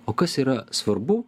o kas yra svarbu